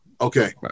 Okay